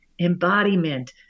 embodiment